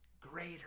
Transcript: Greater